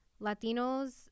Latinos